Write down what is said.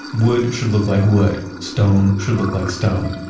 wood should look like wood, stone should look like stone,